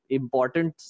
important